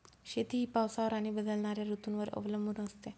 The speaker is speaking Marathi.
शेती ही पावसावर आणि बदलणाऱ्या ऋतूंवर अवलंबून असते